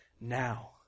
Now